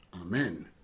amen